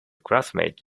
classmate